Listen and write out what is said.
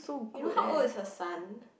you know how old is her son